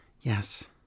Yes